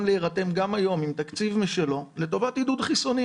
להירתם גם היום עם תקציב משלו לטובת עידוד חיסונים